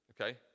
okay